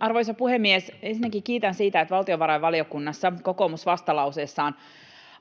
Arvoisa puhemies! Ensinnäkin kiitän siitä, että valtiovarainvaliokunnassa kokoomus vastalauseessaan